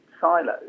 silos